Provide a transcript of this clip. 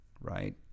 right